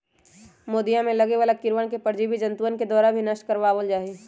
मोदीया में लगे वाला कीड़वन के परजीवी जंतुअन के द्वारा भी नष्ट करवा वल जाहई